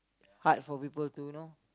hard for people to you know